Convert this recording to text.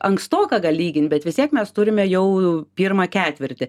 ankstoka gal lygint bet vis tiek mes turime jau pirmą ketvirtį